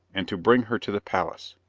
and to bring her to the palace.